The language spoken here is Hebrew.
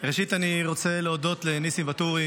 ראשית, אני רוצה להודות לניסים ואטורי